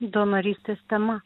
donorystės tema